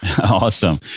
Awesome